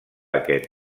aquest